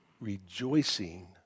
rejoicing